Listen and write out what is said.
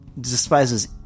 Despises